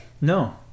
no